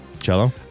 Cello